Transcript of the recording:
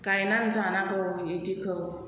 गायनानै जानांगौ इदिखौ